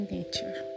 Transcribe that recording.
Nature